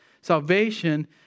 Salvation